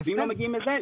ואם לא מגיעים לזה,